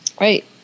Right